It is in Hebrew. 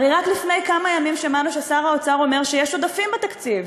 הרי רק לפני כמה ימים שמענו ששר האוצר אומר שיש עודפים בתקציב.